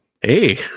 Hey